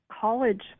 college